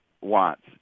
wants